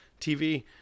TV